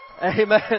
amen